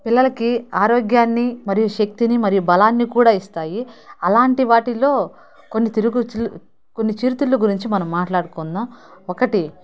పిల్లలకి ఆరోగ్యాన్ని మరియు శక్తిని మరియు బలాన్ని కూడా ఇస్తాయి అలాంటి వాటిలో కొన్ని తిరుగుచిల్ కొన్ని చిరుతిళ్ళు గురించి మనం మాట్లాడుకుందాం ఒకటి